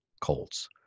Colts